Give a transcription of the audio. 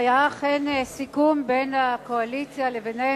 היה אכן סיכום בין הקואליציה לבינינו,